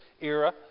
era